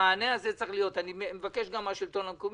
אני מבקש גם מהשלטון המקומי,